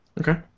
Okay